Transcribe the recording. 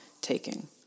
taking